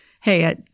hey